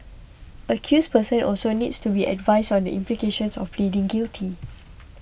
accused persons also needs to be advised on the implications of pleading guilty